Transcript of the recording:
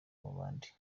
bandi